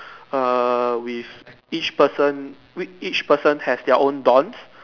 err with each person each person has their own dons